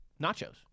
Nachos